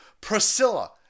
Priscilla